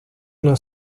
una